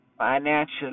Financially